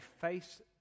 face